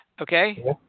Okay